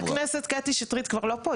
חברת הכנסת קטי שטרית כבר לא פה,